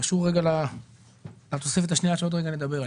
זה קשור לתוספת השנייה שתיכף נדבר עליה.